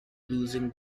losing